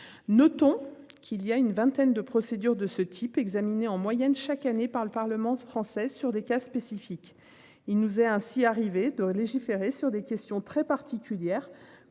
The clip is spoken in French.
Notons qu'il y a une vingtaine de procédures de ce type examiné en moyenne chaque année par le Parlement français sur des cas spécifiques, il nous est ainsi arrivé de légiférer sur des questions très particulière